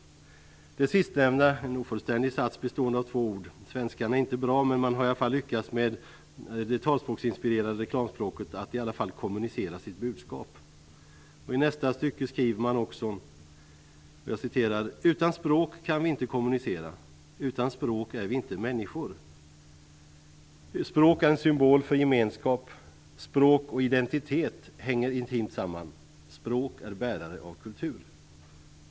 Det sistnämnda är en ofullständig sats bestående av två ord. Svenskan än inte bra, men man har lyckats med det talspråksinspirerade reklamspråket att i alla fall kommunicera sitt budskap. I nästa stycke skriver man också: "Utan språk kan vi inte kommunicera. Utan språk är vi inte människor. Språk är en symbol för gemenskap. Språk och identitet hänger intimt samman. Språk är bärare av kultur."